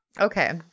Okay